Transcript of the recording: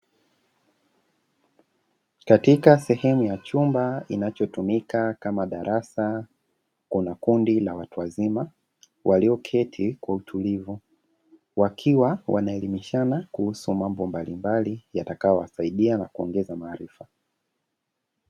Katika sehemu ya chumba inachotumika kama darasa, kuna kundi la watu wazima, walioketi kwa utulivu, wakiwa wanaelimishana kuhusu mambo mbalimbali yatakayowasaidia na kuongeza maarifa.